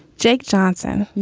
jake johnson.